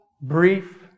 brief